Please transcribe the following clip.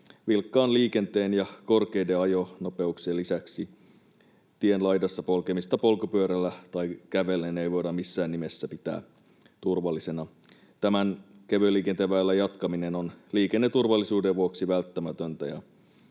vilkkaan liikenteen ja korkeiden ajonopeuksien lisäksi tienlaidassa polkemista polkupyörällä tai kävellen ei voida missään nimessä pitää turvallisena. Kevyen liikenteen väylän jatkaminen on liikenneturvallisuuden vuoksi välttämätöntä,